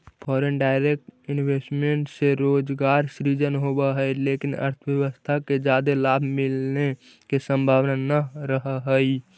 foreign direct investment से रोजगार सृजन होवऽ हई लेकिन अर्थव्यवस्था के जादे लाभ मिलने के संभावना नह रहऽ हई